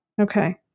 Okay